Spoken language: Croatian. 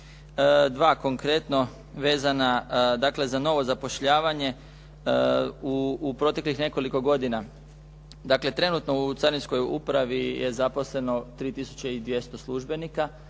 Dva konkretno vezana dakle za novo zapošljavanje u proteklih nekoliko godina. Dakle, trenutno u carinskoj upravi je zaposleno 3200 službenika